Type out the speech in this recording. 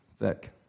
thick